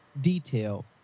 detail